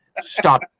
Stop